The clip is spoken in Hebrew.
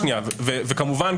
כמובן,